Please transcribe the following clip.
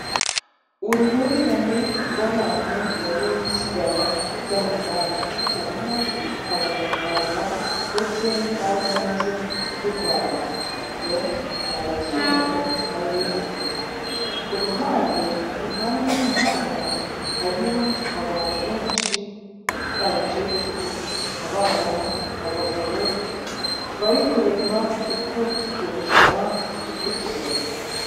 Uruhurirane rw'abantu bari mu isiganwa ry'amagare, harimo Abanyarwanda ndetse n'abo hanze y'u Rwanda ubwo ni abazungu n'abirabura ku ruhande impande y'umuhanda, hariho abantu benshi abakecuru, abana, abagabo bari kureba uko iryo rushanwa riri kugenda